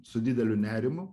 su dideliu nerimu